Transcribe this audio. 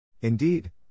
Indeed